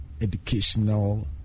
educational